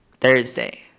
Thursday